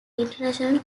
international